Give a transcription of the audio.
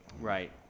right